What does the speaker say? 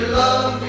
love